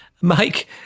Mike